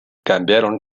cambiaron